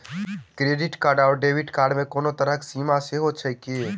Credit card आओर debit card मे कोनो तरहक सीमा सेहो छैक की?